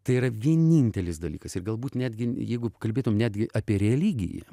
tai yra vienintelis dalykas ir galbūt netgi jeigu kalbėtumi netgi apie religiją